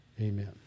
Amen